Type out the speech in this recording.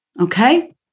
Okay